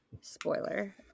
Spoiler